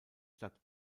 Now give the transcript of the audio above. stadt